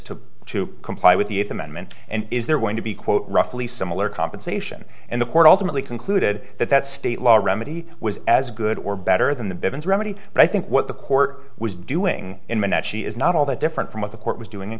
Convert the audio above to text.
to to comply with the eighth amendment and is there going to be quote roughly similar compensation and the court ultimately concluded that that state law remedy was as good or better than the bevins remedy but i think what the court was doing in that she is not all that different from what the court was doing